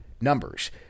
numbers